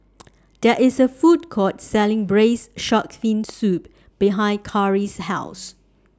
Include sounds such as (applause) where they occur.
(noise) There IS A Food Court Selling Braised Shark Fin Soup behind Khari's House